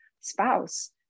spouse